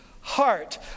heart